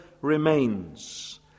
remains